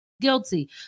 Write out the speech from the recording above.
guilty